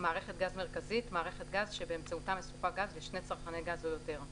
"מערכת גז מרכזית" מערכת גז שבאמצעותה מסופק גז לשני צרכני גז או יותר,